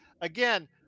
Again